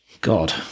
God